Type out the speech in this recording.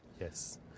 Yes